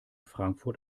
frankfurt